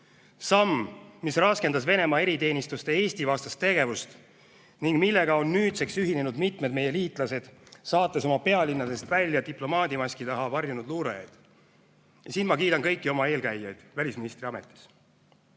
samm, mis raskendas Venemaa eriteenistuste Eesti-vastast tegevust ning millega on nüüdseks ühinenud mitmed meie liitlased, saates oma pealinnadest välja diplomaadimaski taha varjunud luurajaid. Ja siin ma kiidan kõiki oma eelkäijaid välisministri ametis. Olime